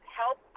help